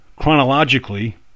chronologically